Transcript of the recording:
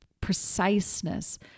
preciseness